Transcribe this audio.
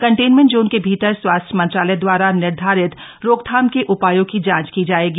containment zone के भीतर स्वास्थ्य मंत्रालय दवारा निर्धारित रोकथाम के उपायों की जांच की जाएगी